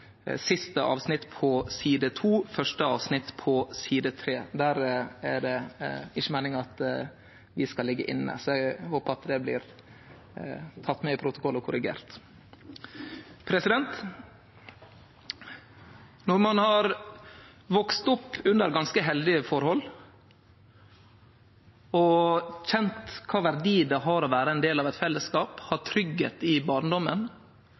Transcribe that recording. siste avsnitt på side 2 og første avsnitt på side 3. Der er det ikkje meininga at vi skal liggje inne. Eg håper at det blir teke med i protokollen og korrigert. Når ein har vakse opp under ganske heldige forhold og kjent kva verdi det har å vere ein del av eit fellesskap, ha tryggleik i